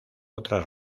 otras